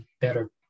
better